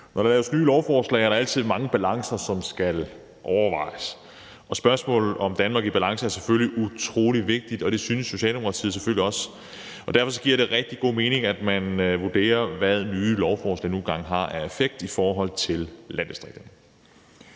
Når der laves nye lovforslag, er der altid mange balancer, som skal overvejes, og spørgsmålet om et Danmark i balance er selvfølgelig utrolig vigtigt, og det synes Socialdemokratiet selvfølgelig også. Derfor giver det rigtig god mening, at man vurderer, hvad nye lovforslag nu engang har af effekt i forhold til landdistrikterne.